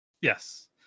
Yes